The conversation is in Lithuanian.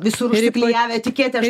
visur užsiklijavę etiketes